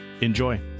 Enjoy